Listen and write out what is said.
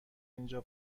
اینجا